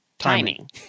Timing